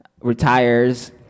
retires